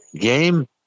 game